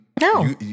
No